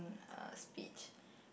uh speech